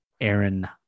Aaron